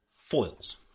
foils